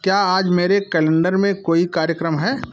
क्या आज मेरे कैलेंडर में कोई कार्यक्रम है